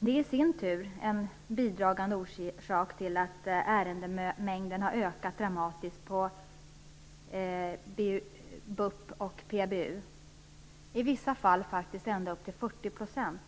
Det är i sin tur en bidragande orsak till att ärendemängden har ökat dramatiskt på BUP och PBU, i vissa fall faktiskt ända upp till 40 %.